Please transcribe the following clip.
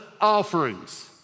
offerings